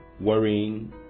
worrying